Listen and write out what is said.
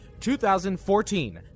2014